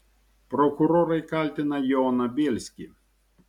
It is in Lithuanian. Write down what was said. prokurorai kaltina joną bielskį